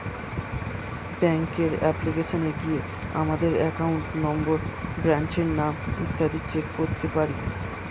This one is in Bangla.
ব্যাঙ্কের অ্যাপ্লিকেশনে গিয়ে আমাদের অ্যাকাউন্ট নম্বর, ব্রাঞ্চের নাম ইত্যাদি চেক করতে পারি